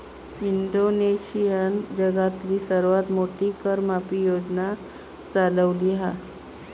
इंडोनेशियानं जगातली सर्वात मोठी कर माफी योजना चालवली हा